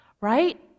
right